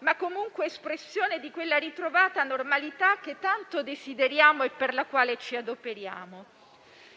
ma comunque espressione di quella ritrovata normalità che tanto desideriamo e per la quale ci adoperiamo.